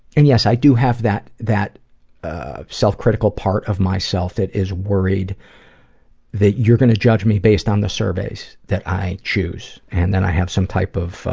and yes, i do have that that ah self critical part of myself that is worried that you're gonna judge me based on the surveys that i choose and that i have some type of ah,